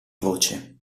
voce